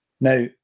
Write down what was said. Now